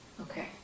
Okay